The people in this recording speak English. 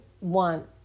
want